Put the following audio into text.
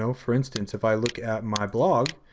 so for instance, if i look at my blog,